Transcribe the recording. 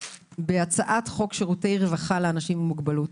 בהצעת חוק שירותי רווחה לאנשים עם מוגבלות,